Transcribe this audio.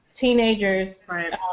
teenagers